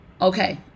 Okay